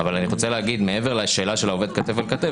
אבל אני רוצה להגיד שמעבר לשאלה של העובד כתף אל כתף,